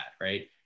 right